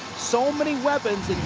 so many weapons.